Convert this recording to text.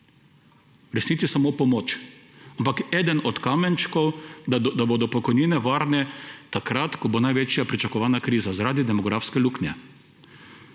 resnici samo pomoč, ampak eden od kamenčkov, da bodo pokojnine varne takrat, ko bo največja pričakovana kriza zaradi demografske luknje.